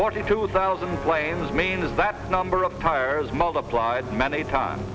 forty two thousand planes mains that number of tires multiplied many times